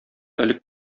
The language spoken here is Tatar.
элек